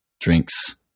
drinks